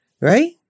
right